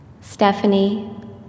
Stephanie